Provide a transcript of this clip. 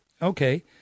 Okay